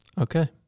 Okay